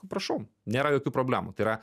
prašau nėra jokių problemų tai yra